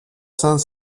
cent